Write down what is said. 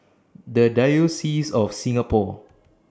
The Diocese of Singapore